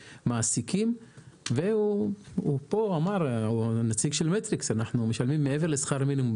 מעסיקים ופה אמר נציג מטריקס 'אנחנו משלמים מעבר לשכר מינימום',